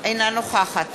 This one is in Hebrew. אינה נוכחת